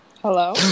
hello